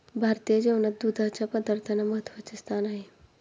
भारतीय जेवणात दुधाच्या पदार्थांना महत्त्वाचे स्थान आहे